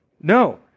No